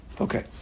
Okay